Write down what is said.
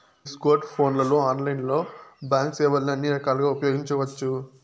నీ స్కోర్ట్ ఫోన్లలో ఆన్లైన్లోనే బాంక్ సేవల్ని అన్ని రకాలుగా ఉపయోగించవచ్చు